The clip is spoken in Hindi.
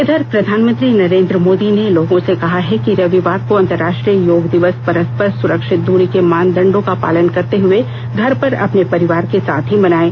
इधर प्रधानमंत्री नरेन् द्र मोदी ने लोगों से कहा है कि रविवार को अंतरराष्ट्रीय योग दिवस पररस्पर सुरक्षित दूरी के मानदंडों का पालन करते हुए घर पर अपने परिवार के साथ ही मनाएं